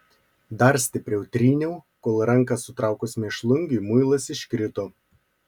dar stipriau tryniau kol ranką sutraukus mėšlungiui muilas iškrito